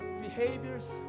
behaviors